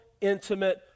intimate